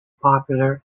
popular